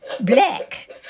black